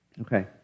Okay